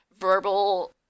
verbal